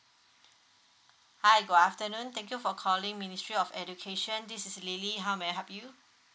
hi good afternoon thank you for calling ministry of education this is lily how may I help you